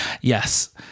Yes